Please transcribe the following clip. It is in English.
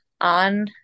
on